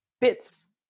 bits